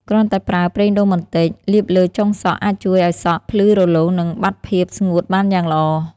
គ្រាន់តែប្រើ ប្រេងដូងបន្តិច លាបលើចុងសក់ អាចជួយឱ្យសក់ ភ្លឺរលោង និងបាត់ភាពស្ងួតបានយ៉ាងល្អ។